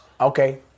Okay